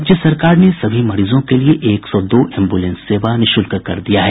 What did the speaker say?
राज्य सरकार ने सभी मरीजों के लिए एक सौ दो एम्ब्रलेंस सेवा निःशुल्क कर दिया है